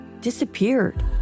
disappeared